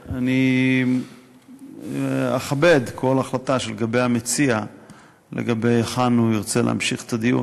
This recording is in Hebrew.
אני אכבד כל החלטה של המציע לגבי היכן הוא ירצה להמשיך את הדיון,